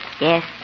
Yes